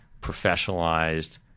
professionalized